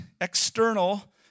external